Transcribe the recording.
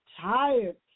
tired